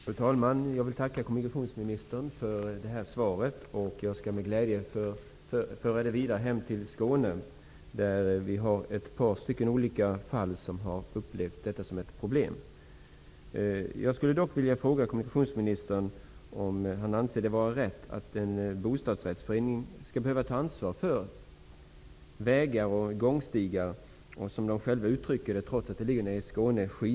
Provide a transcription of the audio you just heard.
Fru talman! Jag vill tacka kommunikationsministern för svaret. Jag skall med glädje föra det vidare hem till Skåne. Där har detta upplevts som ett problem i ett par olika fall. Jag skulle dock vilja fråga kommunikationsministern om han anser det vara riktigt att bostadsrättsföreningar skall behöva ta ansvar för vägar, gångstigar och parker och -- som de själva har uttryckt det -- skidbackar, trots att de ligger nere i Skåne.